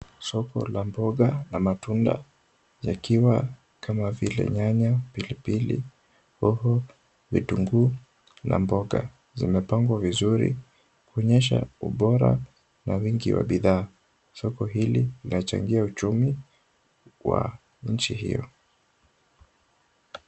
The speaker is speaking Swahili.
Soko la mboga na matunda, yakiwa kama vile nyanya, pilipili, hoho vitunguu na mboga, zimepangwa vizuri kuonyesha ubora na wingi wa bidhaa. Soko hili linachangia uchumi wa nchi hiyo.